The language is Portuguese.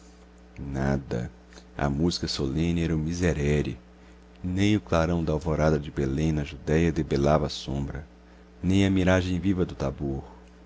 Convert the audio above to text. nada a música solene era o miserere nem o clarão da alvorada de belém na judéia debelava a sombra nem a miragem viva do tabor